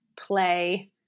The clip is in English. play